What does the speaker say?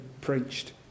preached